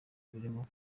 birimo